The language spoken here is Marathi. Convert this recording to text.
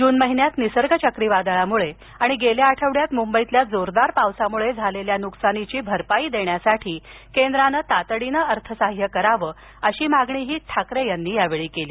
जून महिन्यात निसर्ग चक्रीवादळामुळं आणि गेल्या आठवड्यात मुंबईतील जोरदार पावसामुळं झालेल्या नुकसानीची भरपाई करण्यासाठी केंद्रानं तातडीनं अर्थसाह्य करावं अशी मागणी ठाकरे यांनी यावेळी केली